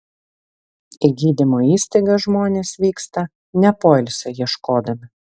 į gydymo įstaigas žmonės vyksta ne poilsio ieškodami